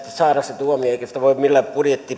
saada se tuomio eikä sitä voi millään